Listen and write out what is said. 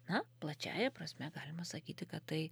na plačiąja prasme galima sakyti kad tai